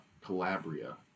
Calabria